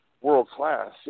world-class